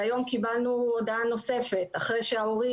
היום קיבלנו הודעה נוספת אחרי שההורים